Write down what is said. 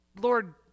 Lord